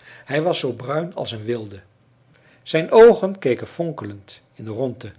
hij was zoo bruin als een wilde zijn oogen keken fonkelend in de rondte